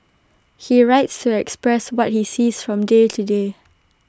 he writes to express what he sees from day to day